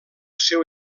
seu